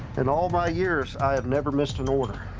in all my years, i have never missed an order.